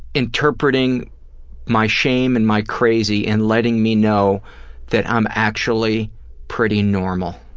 interpreting my shame and my crazy and letting me know that i'm actually pretty normal.